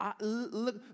look